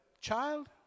child